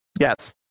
Yes